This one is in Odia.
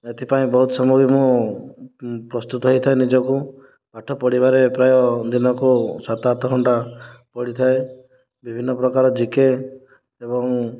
ଏଥିପାଇଁ ବହୁତ ସମୟ ବି ମୁଁ ପ୍ରସ୍ତୁତ ହୋଇଥାଏ ନିଜକୁ ପାଠ ପଢ଼ିବାରେ ପ୍ରାୟ ଦିନକୁ ସାତ ଆଠ ଘଣ୍ଟା ପଢ଼ିଥାଏ ବିଭିନ୍ନ ପ୍ରକାର ଜିକେ ଏବଂ